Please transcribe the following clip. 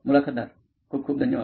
मुलाखतदार खूप खूप धन्यवाद